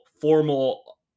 formal